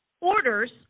orders